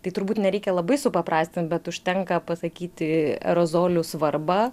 tai turbūt nereikia labai supaprastint bet užtenka pasakyti aerozolių svarbą